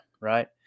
right